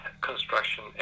construction